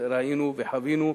ראינו וחווינו,